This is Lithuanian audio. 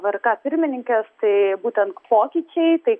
vrk pirmininkės tai būtent pokyčiai tai